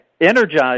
Energized